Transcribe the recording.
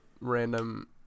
random